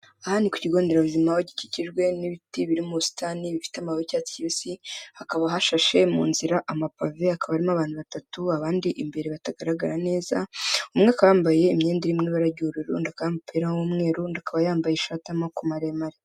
aha ni ku kigo nderabuzima, aho gikikijwe n'ibiti biri musitani, bifite amababi y'icyatsi kibisi, hakaba hashashe mu nzira amapave, hakaba harimo abantu batatu, abandi imbere batagaragara neza, umwe akaba yambaye imyenda irimo ibara ry'ururu, undi akaba yambaye umupira w'umweru, undi akaba yambaye ishati y'amaboko maremare.